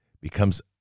becomes